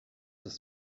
das